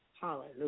Hallelujah